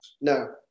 No